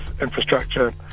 infrastructure